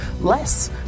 less